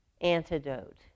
antidote